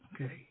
Okay